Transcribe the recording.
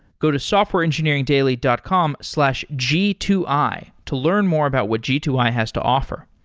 go to softwareengineeringdaily dot com slash g two i to learn more about what g two i has to offer.